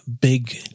big